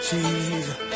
Jesus